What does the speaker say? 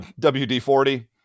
wd-40